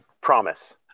promise